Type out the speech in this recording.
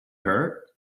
hurt